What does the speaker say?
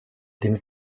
dins